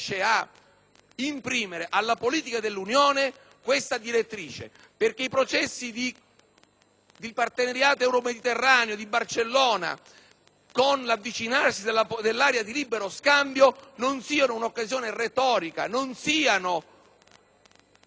di partenariato euromediterraneo di Barcellona, con l'avvicinarsi dell'area di libero scambio, non siano un'occasione retorica, non siano alla fine un'occasione perduta. Lo dico quale persona che crede a una funzione